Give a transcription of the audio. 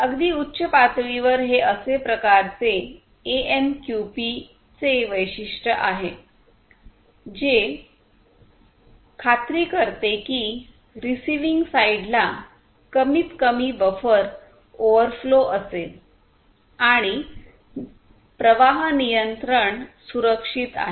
अगदी उच्च पातळीवर हे असे प्रकारचे एएमक्यूपीचे वैशिष्ट्य आहे जे खात्री करते की रिसिविंग साईडला कमीत कमी बफर ओव्हरफ्लो असेल आणि प्रवाह नियंत्रण संरक्षित आहे